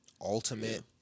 Ultimate